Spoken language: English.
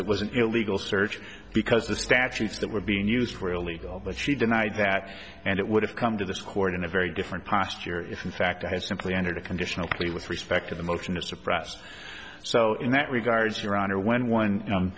it was an illegal search because the statutes that were being used were illegal but she denied that and it would have come to this court in a very different posture if in fact i had simply entered a conditional plea with respect to the motion to suppress so in that regard your honor when one